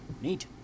Neat